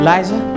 Liza